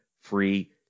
free